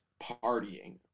partying